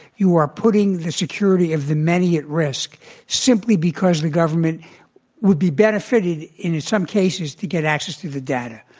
you are putting the security of the many at risk simply because the government would be benefited and in some cases to get access to the data.